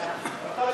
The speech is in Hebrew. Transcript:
החוק.